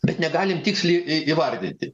bet negalim tiksliai į įvardinti